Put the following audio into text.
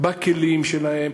בכלים שלהם,